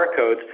barcodes